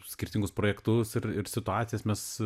skirtingus projektus ir ir situacijas mes